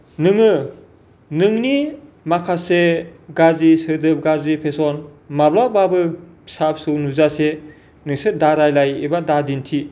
नोङो नोंनि माखासे गाज्रि सोदोब गाज्रि फेशन माब्लाबाबो फिसा फिसौ नुजासे नोंसोर दा रायलाय एबा दा दिन्थि